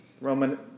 Roman